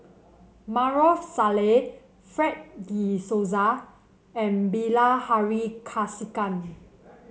Maarof Salleh Fred De Souza and Bilahari Kausikan